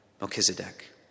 Melchizedek